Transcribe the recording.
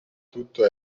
tutto